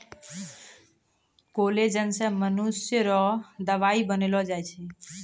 collagen से मनुष्य रो दवाई बनैलो जाय छै